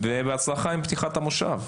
ובהצלחה עם פתיחת המושב.